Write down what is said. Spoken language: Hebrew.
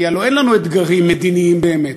כי הלוא אין לנו אתגרים מדיניים באמת,